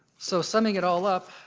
so summing it all up,